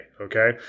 okay